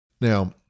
Now